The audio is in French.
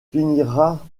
finira